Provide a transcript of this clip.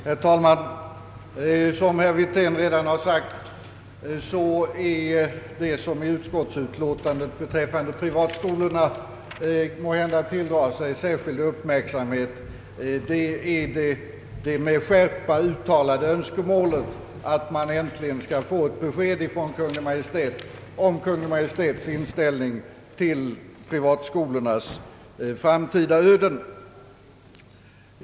Herr talman! Som herr Wirtén redan har sagt är det som måhända tilldrar sig särskild uppmärksamhet av vad som anförts i utlåtandet beträffande privatskolorna det med skärpa uttalade önskemålet att man äntligen skall få ett besked från Kungl. Maj:t om Kungl. Maj:ts inställning till privatskolornas framtida öden.